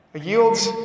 yields